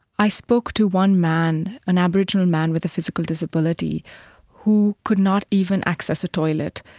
i spoke to one man, an aboriginal man with a physical disability who could not even access a toilet.